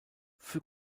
für